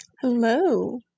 Hello